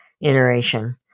iteration